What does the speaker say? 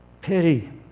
pity